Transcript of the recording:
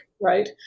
right